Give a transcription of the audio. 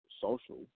social